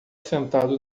sentado